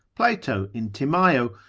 plato in timaeo,